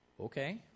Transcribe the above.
Okay